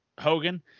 Hogan